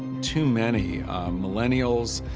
too many millennials,